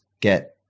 get